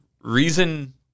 reason